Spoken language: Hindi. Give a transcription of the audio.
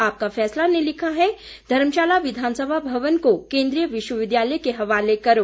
आपका फैसला ने लिखा है धर्मशाला विधानसभा भवन को केंद्रीय विश्वविद्यालय के हवाले करो